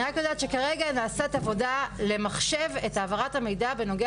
אני רק יודעת שכרגע נעשית עבודה למחשב את העברת המידע בנוגע